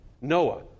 Noah